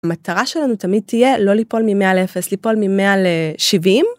המטרה שלנו תמיד תהיה לא ליפול מ-100 ל-0, ליפול מ-100 ל-70.